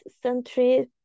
century